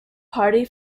party